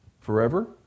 forever